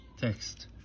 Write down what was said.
Text